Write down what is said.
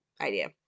idea